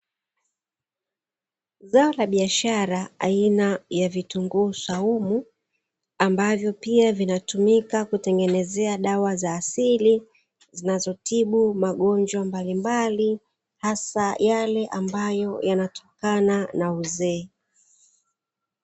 Zao la biashara aina ya vitunguu swaumu ambavyo pia vinatumika kutengenezea dawa za asili zinazotibu magonjwa mbalimbali hasa yale yanayotokana na uzee.